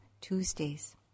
Tuesdays